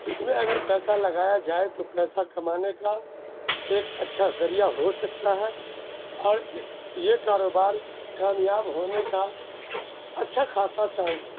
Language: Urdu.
اس میں اگر پیسہ لگایا جائے تو پیسہ کمانے کا ایک اچھا ذریعہ ہو سکتا ہے اور اس یہ کاروبار کامیاب ہونے کا اچھا خاصا چانس ہے